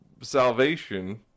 salvation